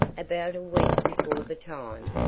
about a week before the time,